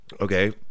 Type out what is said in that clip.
Okay